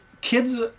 kids